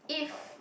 if